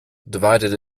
divided